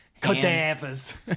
cadavers